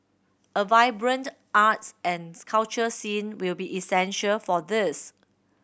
a vibrant arts and culture scene will be essential for this